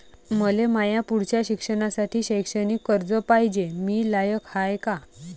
मले माया पुढच्या शिक्षणासाठी शैक्षणिक कर्ज पायजे, मी लायक हाय का?